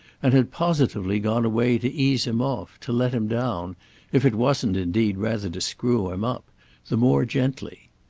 and had positively gone away to ease him off, to let him down if it wasn't indeed rather to screw him up the more gently.